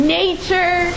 nature